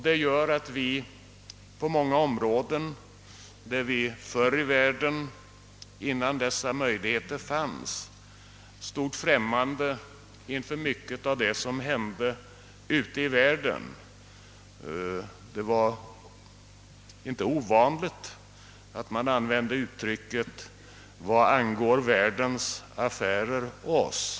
Det gäller många områden där vi tidigare, innan dessa möjligheter fanns, stod främmande inför mycket av det som hände ute i världen. Det var inte ovanligt att man använde uttrycket: Vad angår världens affärer oss?